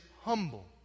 humble